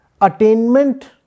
attainment